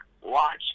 watch